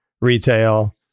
retail